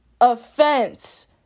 offense